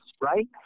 right